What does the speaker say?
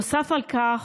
נוסף על כך,